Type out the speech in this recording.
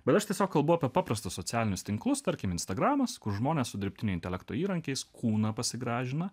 gal aš tiesiog kalbu apie paprastus socialinius tinklus tarkim instagram kur žmonės su dirbtinio intelekto įrankiais kūną pasigražina